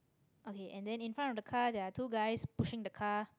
okay and then in front of the car there are two guys pushing the car